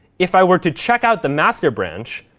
if i were to check out the master branch,